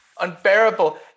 unbearable